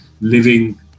living